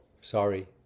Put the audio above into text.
sorry